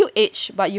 yeah